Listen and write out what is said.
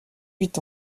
huit